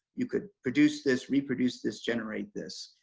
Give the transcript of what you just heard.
you could produce this, reproduce this, generate this,